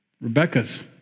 Rebecca's